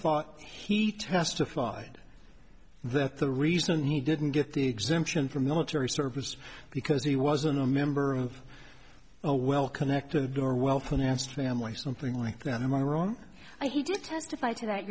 thought he testified that the reason he didn't get the exemption for military service because he was a member of a well connected or well financed family or something like that am i wrong i he did testify to that